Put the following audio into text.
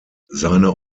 seine